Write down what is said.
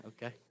Okay